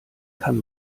kann